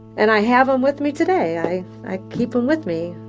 and i have them with me today. i i keep them with me.